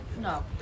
No